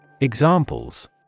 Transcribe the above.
Examples